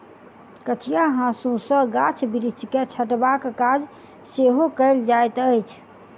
कचिया हाँसू सॅ गाछ बिरिछ के छँटबाक काज सेहो कयल जाइत अछि